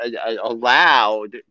allowed